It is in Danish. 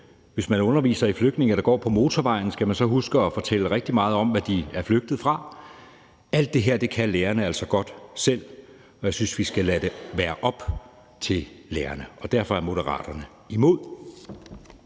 Hvis man underviser i flygtninge, der går på motorvejen, skal man så huske at fortælle rigtig meget om, hvad de er flygtet fra? Alt det her kan lærerne altså godt selv, og jeg synes, vi skal lade det være op til lærerne, og derfor er Moderaterne imod